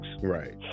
Right